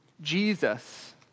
Jesus